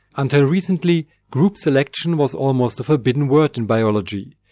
until recently group selection was almost a forbidden word in biology,